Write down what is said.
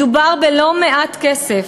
מדובר בלא-מעט כסף,